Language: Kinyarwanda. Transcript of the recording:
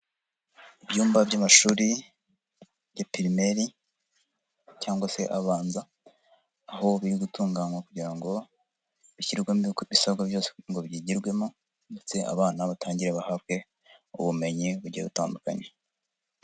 Ibyumba by'amashuri muri pirimeri cyangwa se abanza aho biri gutunganywa kugira ngo bishyirwemo ibisabwa byose ngo byigirwemo ndetse abana batangiragire bahabwe ubumenyi bugiye butandukanye.